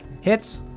Hits